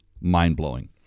mind-blowing